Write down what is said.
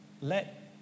let